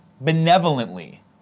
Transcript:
benevolently